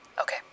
Okay